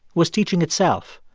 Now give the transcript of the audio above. was teaching itself.